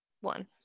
One